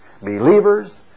believers